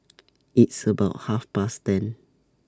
its about Half Past ten